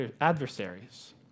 adversaries